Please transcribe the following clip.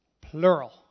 plural